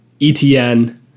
ETN